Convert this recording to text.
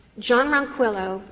john ronquillo,